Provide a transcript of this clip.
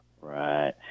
Right